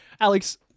Alex